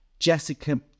Jessica